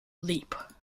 leap